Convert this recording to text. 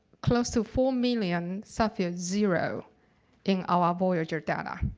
close to four million sephora zero in our voyager data.